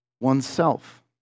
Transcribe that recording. oneself